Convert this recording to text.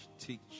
teach